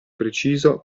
preciso